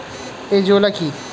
Azolla কি?